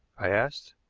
i asked.